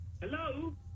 Hello